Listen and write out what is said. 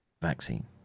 vaccine